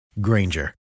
Granger